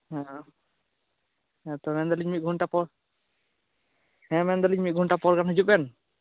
ᱦᱮᱸ ᱦᱮᱸ ᱛᱚ ᱢᱮᱱ ᱮᱫᱟᱞᱤᱝ ᱢᱤᱫ ᱜᱷᱚᱱᱴᱟ ᱯᱚᱨ ᱦᱮᱸᱢᱮᱱ ᱫᱟᱞᱤᱝ ᱢᱤᱫ ᱜᱷᱚᱱᱴᱟ ᱯᱚᱨ ᱜᱟᱱ ᱦᱩᱡᱩᱜ ᱵᱮᱱ